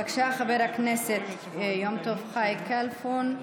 בבקשה, חבר הכנסת יום טוב חי כלפון.